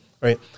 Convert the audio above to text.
right